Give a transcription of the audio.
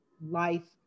life